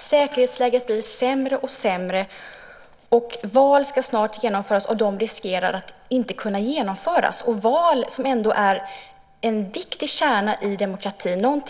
Säkerhetsläget blir sämre och sämre. Snart ska val genomföras, men de riskerar att inte kunna genomföras. Val är ju ändå en viktig kärna i demokratin.